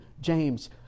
James